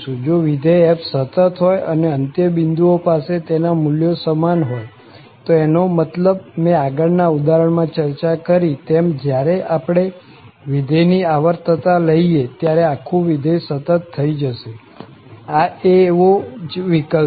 જો વિધેય f સતત હોય અને અંત્યબિંદુઓ પાસે તેના મુલ્યો સમાન હોય તો એનો મતલબ મેં આગળ ના ઉદાહરણ માં ચર્ચા કરી તેમ જયારે આપણે વિધેય ની આવર્તતા લઈએ ત્યારે આખું વિધેય સતત થઇ જશે આ એવો જ વિકલ્પ છે